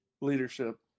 Leadership